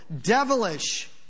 devilish